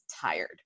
tired